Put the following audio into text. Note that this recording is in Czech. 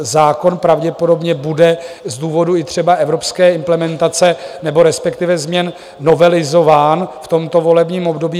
Zákon pravděpodobně bude, z důvodu i třeba evropské implementace, nebo respektive změn, novelizován v tomto volebním období.